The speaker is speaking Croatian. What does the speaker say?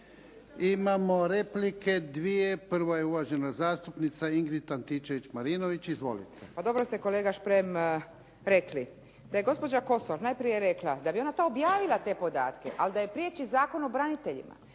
Imamo replike dvije. Prvo je uvažena zastupnica Ingrid Antičević-Marinović. Izvolite. **Antičević Marinović, Ingrid (SDP)** Pa dobro ste kolega Šprem rekli. Da je gospođa Kosor najprije rekla da bi ona objavila te podatke, ali da je priječi Zakon o braniteljima.